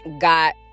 got